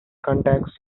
contacts